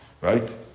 right